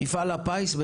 מפעל הפיס הקצה,